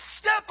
Step